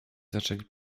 zaczęli